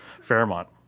Fairmont